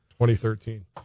2013